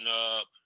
up